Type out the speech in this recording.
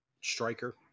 Striker